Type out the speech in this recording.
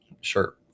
Sure